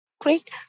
Great